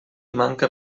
manca